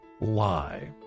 lie